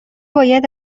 باید